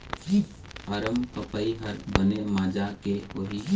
अरमपपई हर बने माजा के होही?